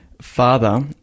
father